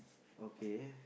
okay